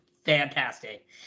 Fantastic